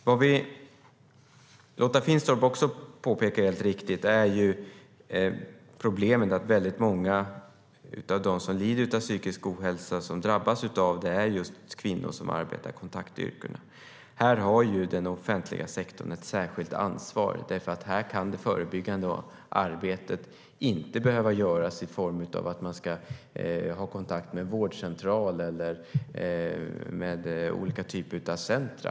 Vad Lotta Finstorp också helt riktigt påpekar är att många av dem som lider av psykisk ohälsa, många av dem som drabbas, är kvinnor som arbetar i kontaktyrken. Här har den offentliga sektorn ett särskilt ansvar, för här behöver det förebyggande arbetet inte göras i form av kontakter med vårdcentral eller med olika typer av centrum.